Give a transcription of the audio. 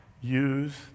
use